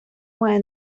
має